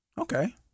Okay